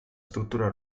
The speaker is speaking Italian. struttura